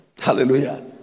Hallelujah